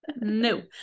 no